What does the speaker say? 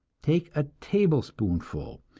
take a tablespoonful,